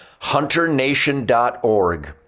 HunterNation.org